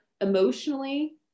emotionally